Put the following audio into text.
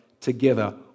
together